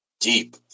deep